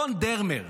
רון דרמר,